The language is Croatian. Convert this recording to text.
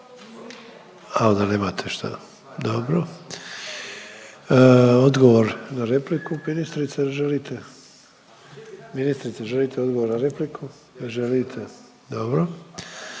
A onda nemate šta, dobro. Odgovor na repliku, ministrice, želite? Ministrice, želite odgovor na repliku? Ne želite. Dobro.